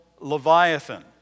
Leviathan